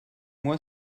moi